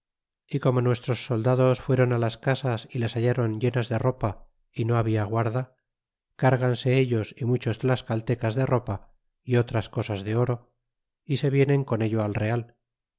y como nuestros soldados fueron las casas y las hallron llenas de ropa y no habia guarda cárganse ellos y muchos tlascaltecas de ropa y otras cosas de oro y se vienen con ello al real